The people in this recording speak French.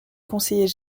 conseillers